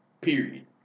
Period